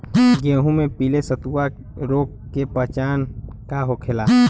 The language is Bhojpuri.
गेहूँ में पिले रतुआ रोग के पहचान का होखेला?